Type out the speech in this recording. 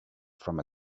from